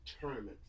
tournaments